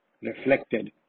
reflected